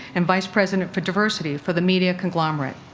and vice president for diversity for the media conglomerate.